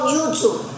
YouTube